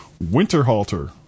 Winterhalter